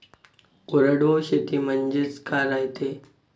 कोरडवाहू शेती म्हनजे का रायते?